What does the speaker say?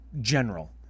general